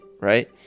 right